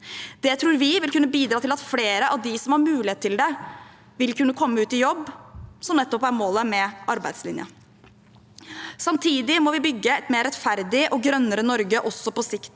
Det tror vi vil kunne bidra til at flere av dem som har mulighet til det, vil kunne komme ut i jobb, som nettopp er målet med arbeidslinjen. Samtidig må vi bygge et mer rettferdig og grønnere Norge, også på sikt.